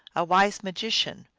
a wise magician,